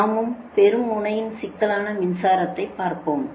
நாமும் பெறும் முனையில் சிக்கலான மின்சாரத்தை பார்த்தோம்